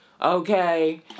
Okay